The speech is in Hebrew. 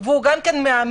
מעצמו והוא גם כן מאמן,